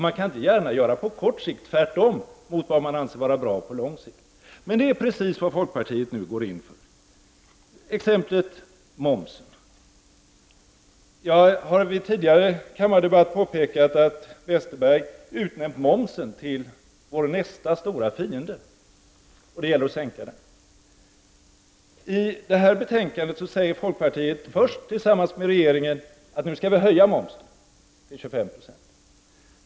Man kan inte gärna göra tvärtemot på kort sikt vad man anser skulle vara bra på lång sikt. Men det är precis vad folkpartiet nu går in för. Jag kan ta momsen som exempel. Jag har i tidigare kammardebatter påpekat att Bengt Westerberg har utnämnt momsen till vår nästa stora fiende, och det gäller att sänka den. I detta betänkande säger folkpartiet först tillsammans med regeringen att vi nu skall höja momsen till 25 26.